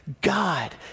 God